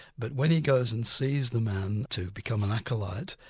but when he goes and sees the man to become an acolyte,